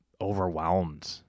overwhelmed